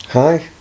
hi